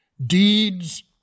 deeds